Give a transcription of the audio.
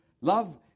love